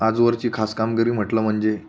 आजवरची खास कामगिरी म्हटलं म्हणजे